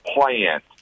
plant